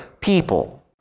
people